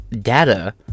data